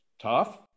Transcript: tough